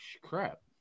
Crap